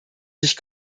sich